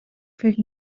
فکر